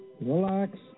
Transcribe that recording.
relax